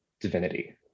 divinity